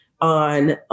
On